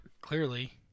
clearly